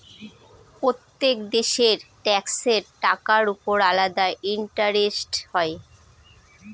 প্রত্যেক দেশের ট্যাক্সের টাকার উপর আলাদা ইন্টারেস্ট হয়